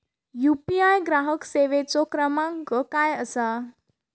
UPI ग्राहक सेवेचो क्रमांक काय असा?